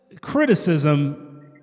criticism